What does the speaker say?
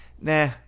Nah